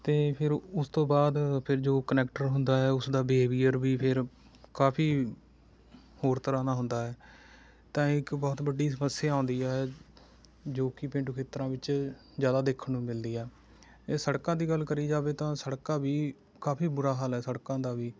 ਅਤੇ ਫਿਰ ਉਸ ਤੋਂ ਬਾਅਦ ਫਿਰ ਜੋ ਕੰਡਕਟਰ ਹੁੰਦਾ ਹੈ ਉਸਦਾ ਬਿਹੇਵੀਅਰ ਵੀ ਫਿਰ ਕਾਫ਼ੀ ਹੋਰ ਤਰ੍ਹਾਂ ਦਾ ਹੁੰਦਾ ਹੈ ਤਾਂ ਇਹ ਇੱਕ ਬਹੁਤ ਵੱਡੀ ਸਮੱਸਿਆ ਆਉਂਦੀ ਹੈ ਜੋ ਕਿ ਪੇਂਡੂ ਖੇਤਰਾਂ ਵਿੱਚ ਜ਼ਿਆਦਾ ਦੇਖਣ ਨੂੰ ਮਿਲਦੀ ਹੈ ਜੇ ਸੜਕਾਂ ਦੀ ਗੱਲ ਕਰੀ ਜਾਵੇ ਤਾਂ ਸੜਕਾਂ ਵੀ ਕਾਫ਼ੀ ਬੁਰਾ ਹਾਲ ਹੈ ਸੜਕਾਂ ਦਾ ਵੀ